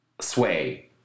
sway